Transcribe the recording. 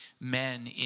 men